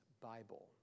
Bible